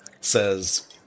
says